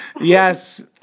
Yes